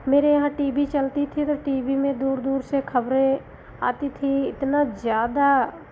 मेरे यहाँ TV चलती थी तो टी वी में दूर दूर से खबरें आती थी इतना ज़्यादा